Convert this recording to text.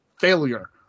failure